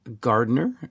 Gardner